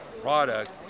product